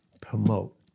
promote